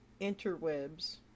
interwebs